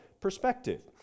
perspective